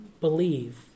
believe